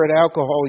alcohol